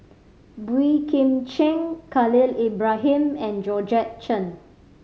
Boey Kim Cheng Khalil Ibrahim and Georgette Chen